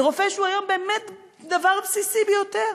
רופא שהוא היום דבר בסיסי ביותר.